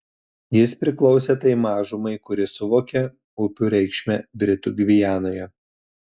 jis priklausė tai mažumai kuri suvokė upių reikšmę britų gvianoje